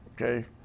okay